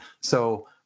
So-